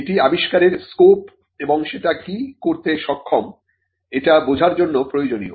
এটি আবিষ্কারের স্কোপ এবং সেটা কি করতে সক্ষম এটা বোঝার জন্য প্রয়োজনীয়